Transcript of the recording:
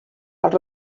els